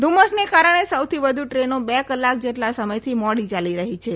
ધુમ્મસને કારણે સૌથી વધુ દ્રેનો બે કલાક જેટલા સમયથી મોડી ચાલી રઠ્ઠી છે